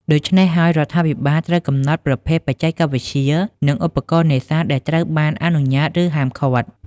ដូច្នេះហើយ រដ្ឋាភិបាលត្រូវកំណត់ប្រភេទបច្ចេកវិទ្យា និងឧបករណ៍នេសាទដែលត្រូវបានអនុញ្ញាត ឬហាមឃាត់។